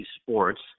sports